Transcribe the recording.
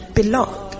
belong